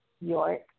York